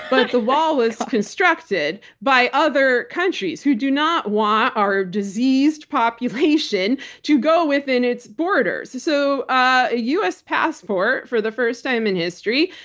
but the wall was constructed by other countries who do not want our diseased population to go within its borders. so a us passport, for the first time in history,